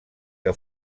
que